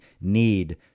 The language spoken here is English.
need